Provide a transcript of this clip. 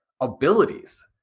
abilities